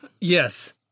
Yes